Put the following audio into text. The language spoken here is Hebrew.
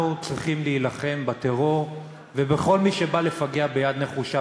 צריכים להילחם בטרור ובכל מי שבא לפגע ביד נחושה,